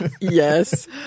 Yes